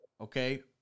Okay